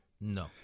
No